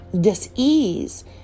dis-ease